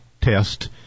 test